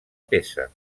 peça